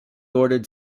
ordered